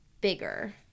bigger